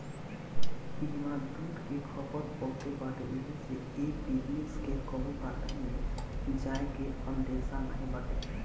इहवा दूध के खपत बहुते बाटे एही से ए बिजनेस के कबो घाटा में जाए के अंदेशा नाई बाटे